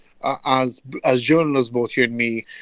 ah as as journalists, both you and me,